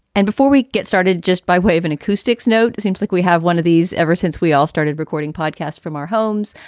and before we get started, just by way of an acoustics note, seems like we have one of these ever since we all started recording podcasts from our homes.